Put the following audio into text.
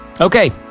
okay